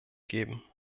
geben